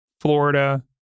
Florida